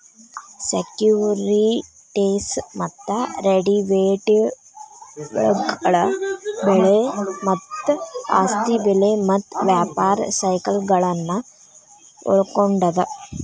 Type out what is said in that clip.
securities ಮತ್ತ ಡೆರಿವೇಟಿವ್ಗಳ ಬೆಲೆ ಮತ್ತ ಆಸ್ತಿ ಬೆಲೆ ಮತ್ತ ವ್ಯಾಪಾರ ಸೈಕಲ್ಗಳನ್ನ ಒಳ್ಗೊಂಡದ